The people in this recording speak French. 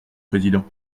président